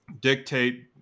dictate